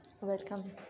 welcome